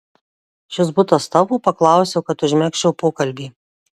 šis butas tavo paklausiau kad užmegzčiau pokalbį